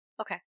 Okay